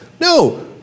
no